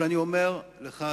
אבל אני אומר לך,